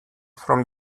from